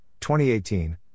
2018